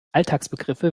alltagsbegriffe